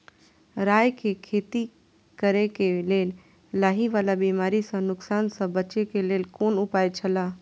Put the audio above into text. राय के खेती करे के लेल लाहि वाला बिमारी स नुकसान स बचे के लेल कोन उपाय छला?